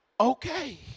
okay